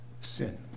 sin